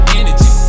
energy